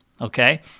okay